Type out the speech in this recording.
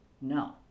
no